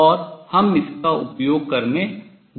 और हम इसका उपयोग करने जा रहे हैं